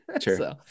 Sure